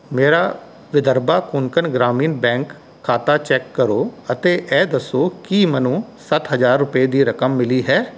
ਮੇਰਾ ਵਿਦਰਭਾ ਕੋਂਕਣ ਗ੍ਰਾਮੀਣ ਬੈਂਕ ਖਾਤਾ ਚੈੱਕ ਕਰੋ ਅਤੇ ਇਹ ਦੱਸੋ ਕਿ ਮੈਨੂੰ ਸੱਤ ਹਜ਼ਾਰ ਰੁਪਏ ਦੀ ਰਕਮ ਮਿਲੀ ਹੈ